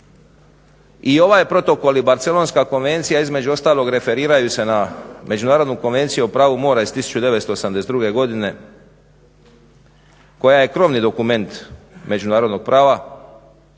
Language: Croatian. i ovaj protokol i Barcelonska konvencija između ostalog referiraju se na Međunarodnu konvenciju o pravu mora iz 1982.godine koja je krovni dokument međunarodnog prava